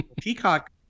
Peacock